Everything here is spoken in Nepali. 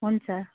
हुन्छ